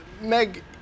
Meg